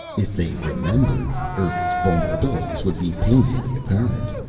if they remembered, earth's vulnerability would be painfully apparent.